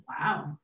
Wow